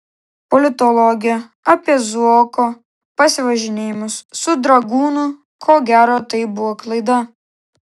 politologė apie zuoko pasivažinėjimus su dragūnu ko gero tai buvo klaida